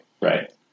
right